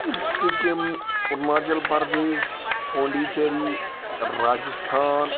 Sikkim Arunachal Pradesh Puducherry Rajasthan